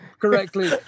correctly